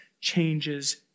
changes